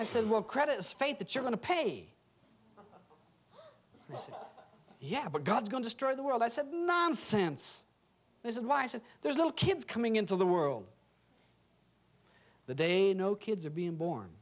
i said what credit is faith that you're going to pay yeah but god's going to strike the world i said nonsense this is why i said there's little kids coming into the world the day no kids are being born